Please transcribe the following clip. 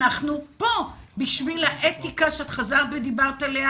אנחנו פה בשביל האתיקה שחזרת ודיברת עליה.